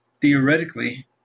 theoretically